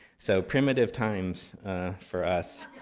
so primitive times for us.